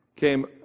came